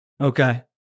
Okay